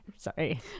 sorry